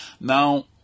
Now